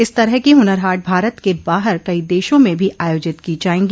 इस तरह की हुनर हाट भारत के बाहर कई देशों में भी आयोजित की जायेंगी